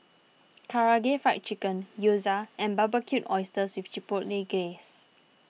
Karaage Fried Chicken Gyoza and Barbecued Oysters with Chipotle Glaze